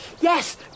Yes